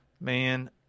Man